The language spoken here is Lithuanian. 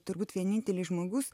turbūt vienintelis žmogus